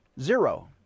zero